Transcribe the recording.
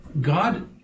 God